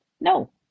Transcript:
No